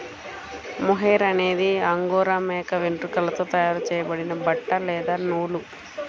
mohair అనేది Angora మేక వెంట్రుకలతో తయారు చేయబడిన బట్ట లేదా నూలు